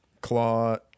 Claw